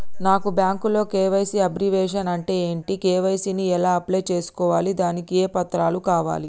నాకు బ్యాంకులో KYC abbreviation అంటే ఏంటి కే.వై.సీ ని ఎలా అప్లై చేసుకోవాలి దానికి ఏ పత్రాలు కావాలి?